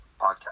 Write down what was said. Podcast